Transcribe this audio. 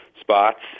spots